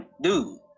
dude